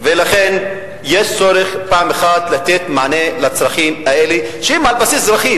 ולכן צריך פעם אחת לתת מענה לצרכים האלה שהם על בסיס אזרחי,